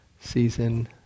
season